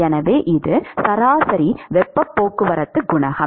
எனவே இது சராசரி வெப்ப போக்குவரத்து குணகம்